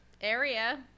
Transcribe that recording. area